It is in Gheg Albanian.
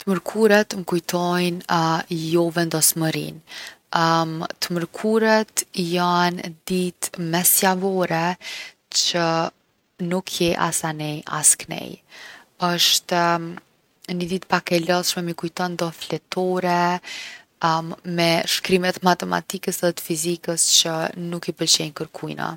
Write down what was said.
T’mërkuret m’kujtojnë jo vendosmërinë. t’mërkuret jon ditë mes javore që nuk je as anej as knej. Osht ni ditë pak e lodhshme, mi kujton do fletore me shkrimet e matematikës edhe fizikës që nuk i pëlqejnë kërkujna.